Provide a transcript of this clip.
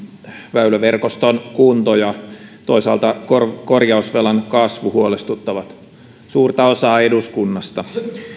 väyläverkoston kunto ja toisaalta korjausvelan kasvu huolestuttavat suurta osaa eduskunnasta